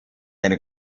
eine